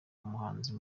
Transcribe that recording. umuhanzi